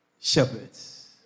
shepherds